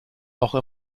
auch